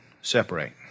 separate